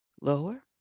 lower